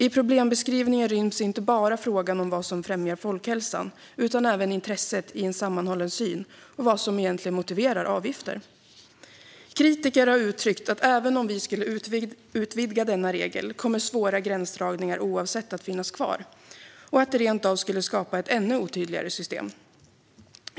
I problembeskrivningen ryms inte bara frågan om vad som främjar folkhälsan utan även intresset av en sammanhållen syn och vad som egentligen motiverar avgifter. Kritiker har uttryckt att även om vi skulle utvidga denna regel kommer svåra gränsdragningar att finnas kvar, och det skulle rent av skapa ett ännu otydligare system.